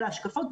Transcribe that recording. לכל ההשקפות,